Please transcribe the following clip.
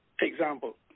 example